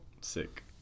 sick